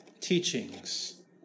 teachings